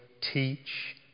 teach